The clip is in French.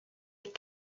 est